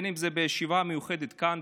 אם בישיבה מיוחדת כאן,